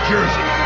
Jersey